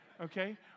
Okay